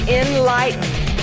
enlightened